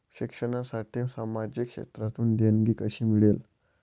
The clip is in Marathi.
शिक्षणासाठी सामाजिक क्षेत्रातून देणगी कशी मिळेल?